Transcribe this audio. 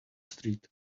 street